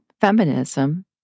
feminism